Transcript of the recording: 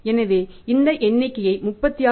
எனவே இந்த எண்ணிக்கையை 36